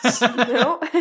No